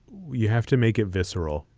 you have to make it visceral.